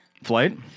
flight